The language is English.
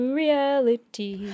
reality